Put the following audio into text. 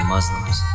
Muslims